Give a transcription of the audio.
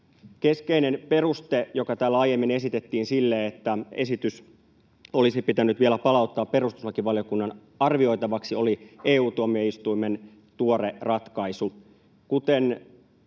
Keskeinen peruste, joka täällä aiemmin esitettiin sille, että esitys olisi pitänyt vielä palauttaa perustuslakivaliokunnan arvioitavaksi, oli EU-tuomioistuimen tuore ratkaisu. Kuten